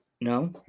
No